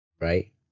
right